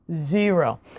zero